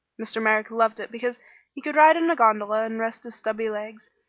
mr. merrick loved it because he could ride in a gondola and rest his stubby legs,